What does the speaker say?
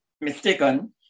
mistaken